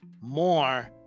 more